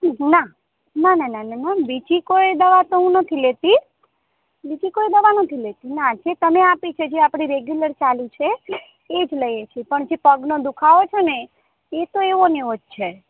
ના ના ના ના ના બીજી કોઈ દવા તો હું નથી લેતી બીજી કોઈ દવા નથી લેતી ના જે તમે આપી છે જે આપણી રૅગ્યુલર ચાલે છે એ એ જ લઈએ છીએ પણ જે પગનો દુઃખાવો છે ને એ તો એવો ને એવો જ છે